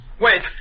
Wait